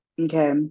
okay